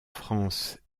france